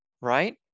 Right